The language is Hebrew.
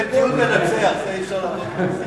זה טיעון מנצח, אי-אפשר לעמוד בפניו.